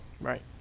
Right